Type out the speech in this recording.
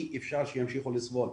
אי אפשר שימשיכו לסבול,